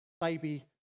baby